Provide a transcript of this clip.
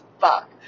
fuck